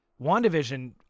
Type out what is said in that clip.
WandaVision